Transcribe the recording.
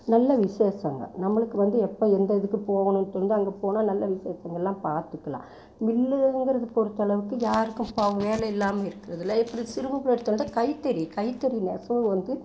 நல்ல விஷேசம் அங்கே நம்மளுக்கு வந்து எப்போ எந்த இதுக்குப் போகணும் தோணுதோ அங்கே போனால் நல்ல விஷேசங்களெல்லாம் பார்த்துக்குலாம் மில்லுகங்கிறது பொறுத்தளவுக்கு யாருக்கும் பாவம் வேலை இல்லாமல் இருக்கிறதில்ல இப்படி சிறுமுகை இடத்தில் தான் கைத்தறி கைத்தறி நெசவு வந்து